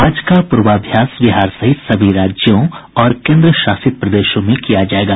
आज का पूर्वाभ्यास बिहार सहित सभी राज्यों और केंद्र शासित प्रदेशों में किया जाएगा